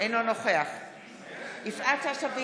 אינו נוכח יפעת שאשא ביטון,